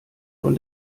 von